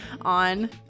on